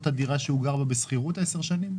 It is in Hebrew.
את הדירה שהוא גר בה בשכירות 10 שנים?